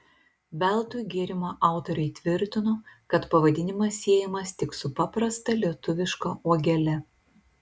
veltui gėrimo autoriai tvirtino kad pavadinimas siejamas tik su paprasta lietuviška uogele